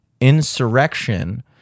insurrection